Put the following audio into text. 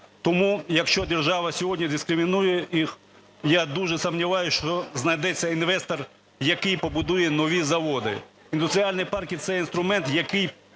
Тому, якщо держава сьогодні дискримінує їх, я дуже сумніваюся, що знайдеться інвестор, який побудує нові заводи. Індустріальні парки – це інструмент, який